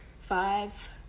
Five